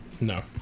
No